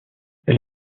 elle